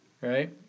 right